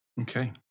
okay